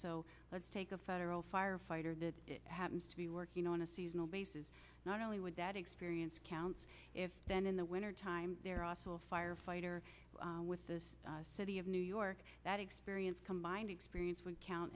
so let's take a federal firefighter that happens to be working on a seasonal basis not only would that experience counts if then in the wintertime they're also a firefighter with this city of new york that experience combined experience would count